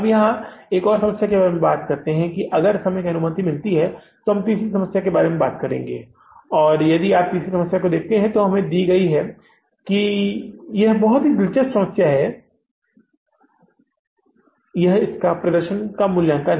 अब हम यहां एक और समस्या के बारे में बात करते हैं अगर समय की अनुमति मिलती है तो हम यहां तीसरी समस्या के बारे में बात करेंगे और यदि आप यहां तीसरी समस्या देखते हैं जो हमें दी गई है तो यह एक बहुत ही दिलचस्प समस्या है इसका प्रदर्शन का मूल्यांकन